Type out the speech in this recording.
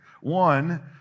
One